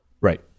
right